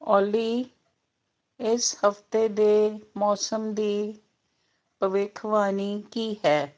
ਓਲੀ ਇਸ ਹਫਤੇ ਦੇ ਮੌਸਮ ਦੀ ਭਵਿੱਖਬਾਣੀ ਕੀ ਹੈ